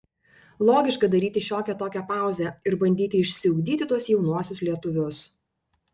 logiška daryti šiokią tokią pauzę ir bandyti išsiugdyti tuos jaunuosius lietuvius